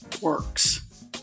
works